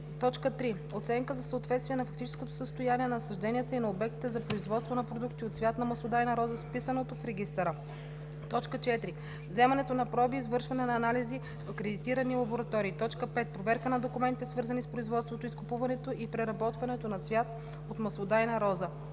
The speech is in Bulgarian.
3. оценка за съответствие на фактическото състояние на насажденията и на обектите за производство на продукти от цвят на маслодайна роза с вписаното в регистъра; 4. вземане на проби и извършване на анализи в акредитирани лаборатории; 5. проверка на документите, свързани с производството, изкупуването и преработването на цвят от маслодайна роза.